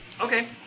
Okay